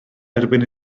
erbyn